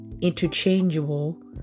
interchangeable